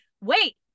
Wait